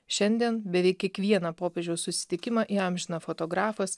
šiandien beveik kiekvieną popiežiaus susitikimą įamžina fotografas